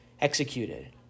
executed